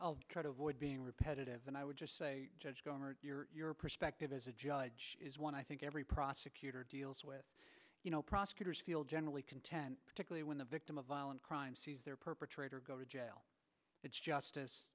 different try to avoid being repetitive and i would just say your perspective as a judge is one i think every prosecutor deals with you know prosecutors feel generally content particularly when the victim of violent crime sees their perpetrator go to jail it's justice